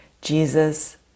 Jesus